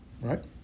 right